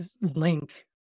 Link